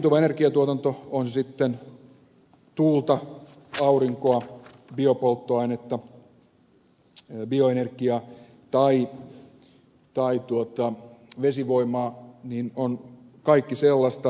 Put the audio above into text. uusiutuva energiantuotanto on se sitten tuulta aurinkoa biopolttoainetta bioenergiaa tai vesivoimaa on kaikki sellaista